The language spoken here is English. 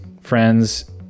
friends